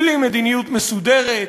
בלי מדיניות מסודרת.